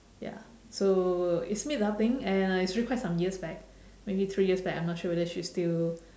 ya so it's meetup thing and uh it's really quite some years back maybe three years back I'm not sure whether she's still